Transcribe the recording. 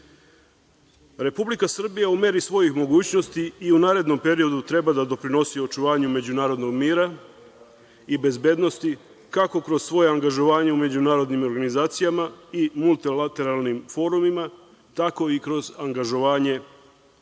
Republika Srbija u meri svojih mogućnosti i u narednom periodu treba da doprinosi očuvanju međunarodnog mira i bezbednosti, kako kroz svoje angažovanje u međunarodnim organizacijama i multilateralnim forumima, tako i kroz angažovanje